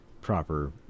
proper